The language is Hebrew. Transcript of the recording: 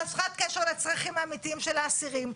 חסרת קשר לצרכים האמיתיים של האסירים,